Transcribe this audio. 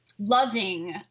loving